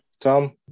Tom